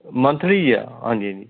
monthly ਹੀ ਆ ਹਾਂਜੀ ਹਾਂਜੀ